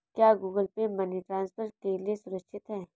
क्या Google Pay money transfer के लिए सुरक्षित है?